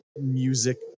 music